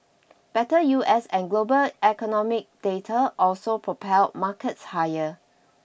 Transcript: better U S and global economic data also propelled markets higher